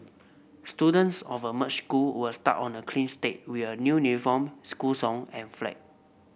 students of a merged school were start on a clean slate we a new school song and flag